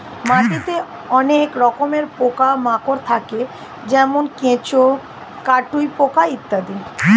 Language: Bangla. মাটিতে অনেক রকমের পোকা মাকড় থাকে যেমন কেঁচো, কাটুই পোকা ইত্যাদি